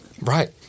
Right